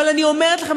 אבל אני אומרת לכם,